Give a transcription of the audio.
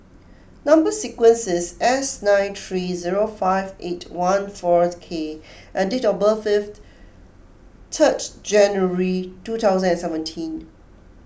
Number Sequence is S nine three zero five eight one four K and date of birth is third January two thousand and seventeen